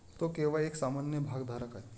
तो केवळ एक सामान्य भागधारक आहे